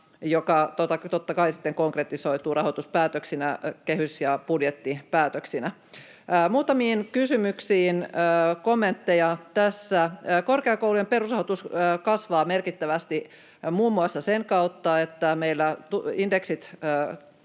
joka totta kai sitten konkretisoituu rahoituspäätöksinä, kehys- ja budjettipäätöksinä. Muutamiin kysymyksiin kommentteja: Korkeakoulujen perusrahoitus kasvaa merkittävästi muun muassa sen kautta, että meillä indeksit